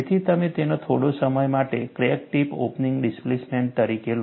તેથી તમે તેને થોડા સમય માટે ક્રેક ટિપ ઓપનિંગ ડિસ્પ્લેસમેન્ટ તરીકે લો